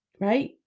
right